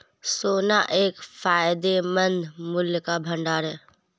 सोना एक फायदेमंद मूल्य का भंडार है